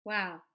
Wow